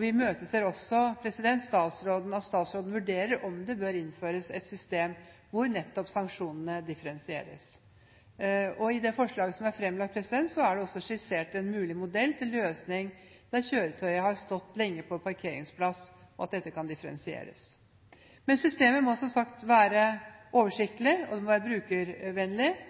Vi imøteser at statsråden vurderer om det bør innføres et system hvor nettopp sanksjonene differensieres. I det forslaget som er fremlagt, er det skissert en mulig modell til løsning når kjøretøyet har stått lenge på parkeringsplass, at dette kan differensieres. Men systemet må som sagt være oversiktlig, det må være brukervennlig, og det må særlig være